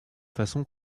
façon